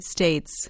States